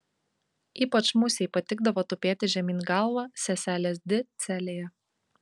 ypač musei patikdavo tupėti žemyn galva seselės di celėje